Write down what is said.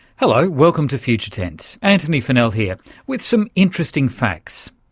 hello, welcome to future tense, antony funnell here with some interesting facts.